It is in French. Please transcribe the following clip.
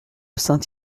saint